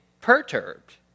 perturbed